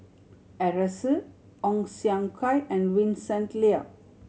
Arasu Ong Siong Kai and Vincent Leow